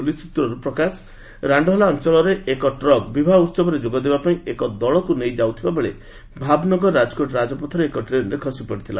police ସୂତ୍ରରୁ ପ୍ରକାଶ ରାଣ୍ଡହୋଲା ଅଞ୍ଚଳରେ ଏକ ଟ୍ରକ୍ ବିବାହ ଉତ୍ସବରେ ଯୋଗଦେବା ପାଇଁ ଏକ ଦଳକୁ ନେଇ ଯାଉଥିବାବେଳେ ଭାବନଗର ରାଜକୋଟ ରାଜପଥରେ ଏକ ଡ୍ରେନ୍ରେ ଖସିପଡ଼ିଥିଲା